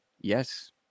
Yes